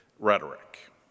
Rhetoric